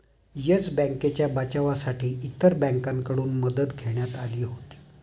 yes बँकेच्या बचावासाठी इतर बँकांकडून मदत घेण्यात आली होती